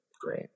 great